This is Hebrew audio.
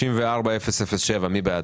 פנייה מס' 34-007, מי בעד?